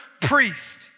priest